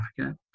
africa